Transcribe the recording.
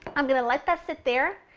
i'm going to let that sit there,